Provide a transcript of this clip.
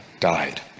died